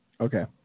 Okay